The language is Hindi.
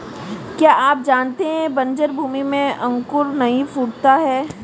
क्या आप जानते है बन्जर भूमि में अंकुर नहीं फूटता है?